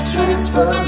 Transfer